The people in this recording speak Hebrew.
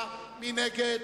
מי נגד?